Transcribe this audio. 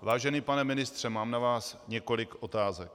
Vážený pane ministře, mám na vás několik otázek.